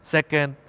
Second